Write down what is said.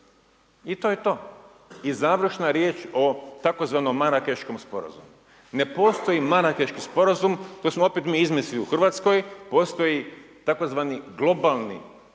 i to je to. I završna riječ o tzv. Marakeškom Sporazumu, ne postoji Marakeški Sporazum koji smo opet mi izmislili u RH, postoji tzv. Globalni